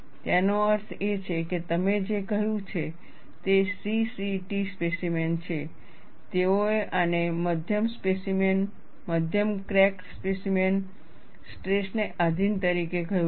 તેનો અર્થ એ છે કે તમે જે કહ્યું છે તે C C T સ્પેસીમેન છે તેઓએ આને મધ્યમ સ્પેસીમેન મધ્યમ ક્રેકડ સ્પેસીમેન સ્ટ્રેસને આધિન તરીકે કહ્યું છે